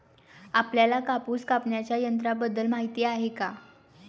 आपल्याला कापूस कापण्याच्या यंत्राबद्दल माहीती आहे का?